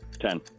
Ten